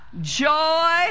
Joy